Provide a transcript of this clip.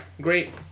Great